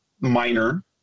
minor